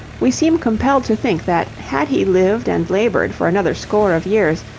we seem compelled to think that had he lived and laboured for another score of years,